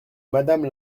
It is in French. madame